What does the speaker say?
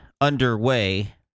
underway